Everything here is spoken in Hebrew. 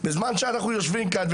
בזמן שאנחנו יושבים כאן,